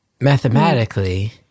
mathematically